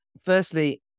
firstly